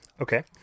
Okay